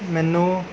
ਮੈਨੂੰ